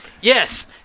Yes